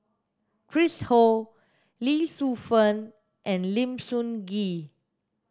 Chris Ho Lee Shu Fen and Lim Sun Gee